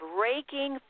Breaking